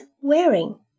wearing